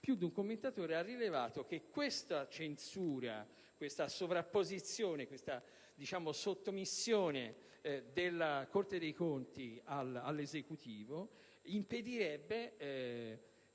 italiana - ha rilevato che questa censura, questa sovrapposizione e questa sottomissione della Corte dei conti all'Esecutivo impedirebbero